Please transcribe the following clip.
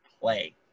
play